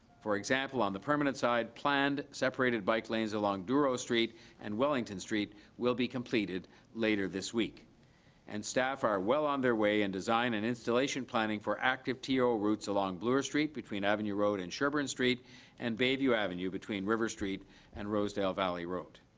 for example, on the permanent side planned separated bike lanes along douro street and wellington street will be completed later this week and staff are well on their way in design and installation planning for activeto routes along bloor street between avenue road and sherbourne street and bayview avenue between river street and rosedale valley road.